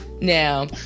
Now